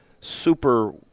super